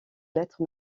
lettres